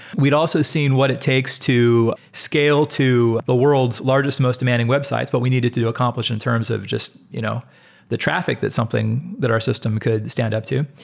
we'd also seen what it takes to scale to the world's largest, most demanding websites, but we needed to to accomplish it in terms of just you know the traffic that something that our system could stand up to.